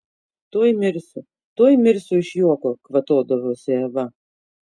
tuoj mirsiu tuoj mirsiu iš juoko kvatodavosi eva